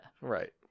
Right